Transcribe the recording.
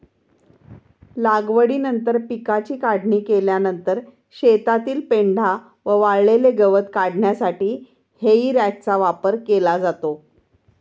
लागवडीनंतर पिकाची काढणी केल्यानंतर शेतातील पेंढा व वाळलेले गवत काढण्यासाठी हेई रॅकचा वापर केला जातो